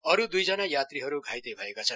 अरू द्ईजना यात्रीहरू घाइते भएका छन्